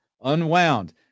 unwound